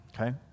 okay